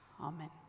Amen